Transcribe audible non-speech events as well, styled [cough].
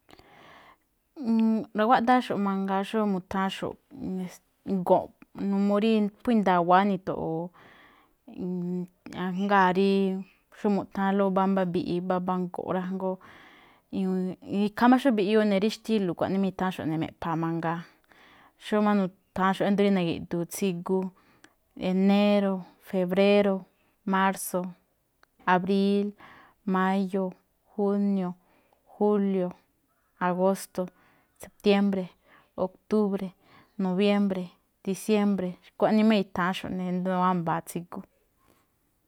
[hesitation] ra̱guaꞌdááxo̱ꞌ mangaa, xó mu̱tháánxo̱ꞌ [hesitation] go̱nꞌ. N [hesitation] uu rí phú i̱nda̱wa̱á ni̱to̱ꞌo̱o̱, [hesitation] ajngáa rí xó mu̱ꞌtháánlóꞌ mbámbá mbiꞌi, mbámbá go̱nꞌ rá, jngó [hesitation] ikhaa máꞌ xó mbiꞌyuu ne rí xtílo̱, xkuaꞌnii máꞌ i̱tha̱ánxo̱ꞌ ne̱ rí me̱ꞌpha̱a̱ mangaa. Xómáꞌ nu̱tha̱ánxo̱ꞌ, rí na̱gi̱ꞌdu̱u̱n tsigu, enéro̱, febréro̱, márso̱, abríl, máyo̱, junio̱, julio̱, [noise] agósto̱, septiémbre̱, oktúbre̱, nobiémbre̱, disiémbre, xkuaꞌnii máꞌ i̱tha̱ánxo̱ꞌ ne̱ ído̱ wámba̱a̱ tsigu.